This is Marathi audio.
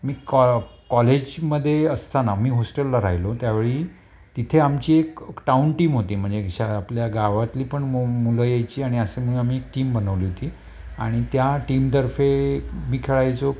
मी कॉ कॉलेजमध्ये असताना मी हॉस्टेलला राहिलो त्यावेळी तिथे आमची एक टाऊन टीम होती म्हणजे शा आपल्या गावातली पण मु मुलं यायची आणि असे म्हणून आम्ही टीम बनवली होती आणि त्या टीमतर्फे मी खेळायचो